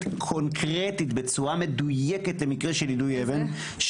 קונקרטית בצורה מדויקת למקרה של יידוי אבן,